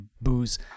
booze